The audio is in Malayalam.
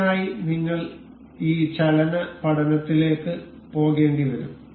ഇതിനായി നിങ്ങൾ ഈ ചലന പഠനത്തിലേക്ക് പോകേണ്ടിവരും